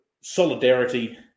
solidarity